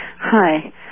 Hi